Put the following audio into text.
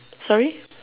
sorry